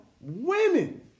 women